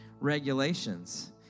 regulations